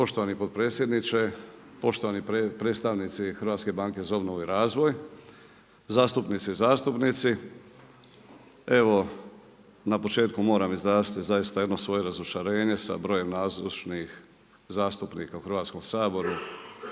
Poštovani potpredsjedniče, poštovani predstavnici Hrvatske banke za obnovu i razvoj, zastupnice i zastupnici. Evo na početku moram izraziti zaista jedno svoje razočarenje sa brojem nazočnih zastupnika u Hrvatskom saboru